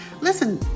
Listen